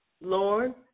Lord